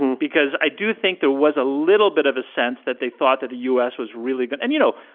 and because i do think there was a little bit of a sense that they thought that the u s. was really good. and, you know,